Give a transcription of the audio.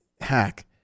hack